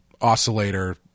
oscillator